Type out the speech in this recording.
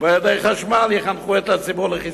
ועל-ידי חשמל יחנכו את הציבור לחיסכון.